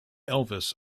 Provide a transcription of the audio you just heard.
elvis